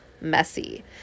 messy